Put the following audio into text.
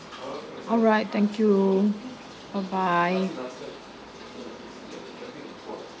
alright thank you bye bye